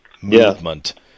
movement